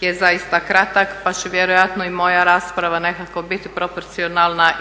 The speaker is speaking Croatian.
je zaista kratak pa će vjerojatno i moja rasprava biti proporcionalna